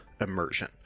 immersion